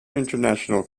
international